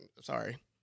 sorry